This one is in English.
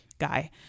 guy